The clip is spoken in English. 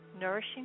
Nourishing